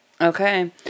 Okay